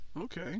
okay